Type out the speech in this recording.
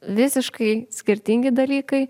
visiškai skirtingi dalykai